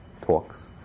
talks